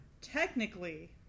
technically